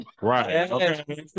Right